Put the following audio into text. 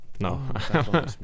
No